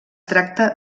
tracta